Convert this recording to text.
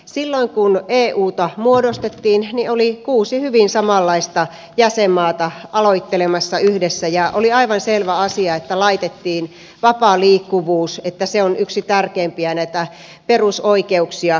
silloin kun euta muodostettiin oli kuusi hyvin samanlaista jäsenmaata aloittelemassa yhdessä ja oli aivan selvä asia että vapaa liikkuvuus on yksi näitä tärkeimpiä perusoikeuksia